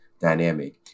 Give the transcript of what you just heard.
dynamic